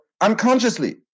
unconsciously